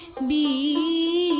me